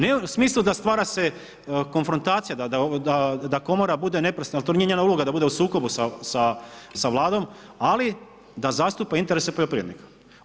Ne u smislu da stvara sa konfrontacija da komora bude neprestano, jer to nije njena uloga da bude u sukobu sa Vladom ali da zastupa interese poljoprivrednika.